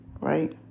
right